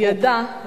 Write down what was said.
ידע אני פה, אני פה.